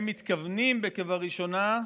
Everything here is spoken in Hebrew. הם מתכוונים ב"כבראשונה"